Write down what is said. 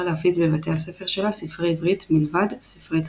להפיץ בבתי הספר שלה ספרי עברית מלבד ספרי צרפתית.